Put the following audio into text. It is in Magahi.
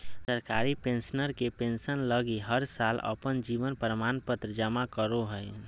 सरकारी पेंशनर के पेंसन लगी हर साल अपन जीवन प्रमाण पत्र जमा करो हइ